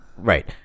Right